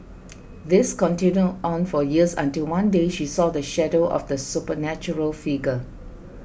this continued on for years until one day she saw the shadow of the supernatural figure